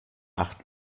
acht